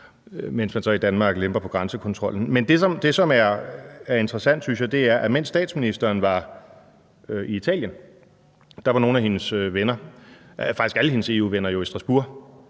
mens man så i Danmark lemper på grænsekontrollen, men det, som er interessant, synes jeg, er, at mens statsministeren var i Italien, var nogle af hendes venner, faktisk alle hendes EU-venner, jo i Strasbourg,